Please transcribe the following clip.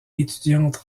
étudiante